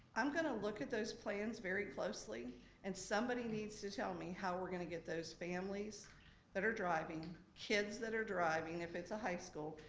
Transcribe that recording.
i'm gonna look at those plans very closely and somebody needs to tell me how we're gonna get those families that are driving, kids that are driving if it's high school,